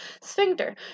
sphincter